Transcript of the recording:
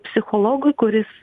psichologui kuris